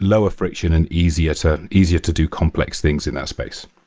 lower friction and easier to easier to do complex things in that space.